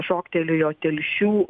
šoktelėjo telšių